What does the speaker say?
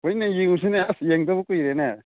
ꯍꯣꯏꯅꯦ ꯌꯦꯡꯉꯨꯁꯤꯅꯦ ꯑꯁ ꯌꯦꯡꯗꯕ ꯀꯨꯏꯔꯦꯅꯦ